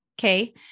Okay